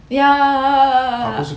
ya